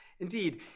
Indeed